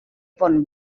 bon